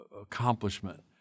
accomplishment